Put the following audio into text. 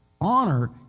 honor